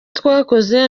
twakoze